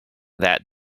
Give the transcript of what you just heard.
that